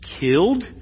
killed